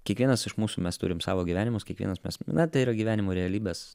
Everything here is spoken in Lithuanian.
kiekvienas iš mūsų mes turim savo gyvenimus kiekvienas mes na tai yra gyvenimo realybės